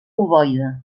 ovoide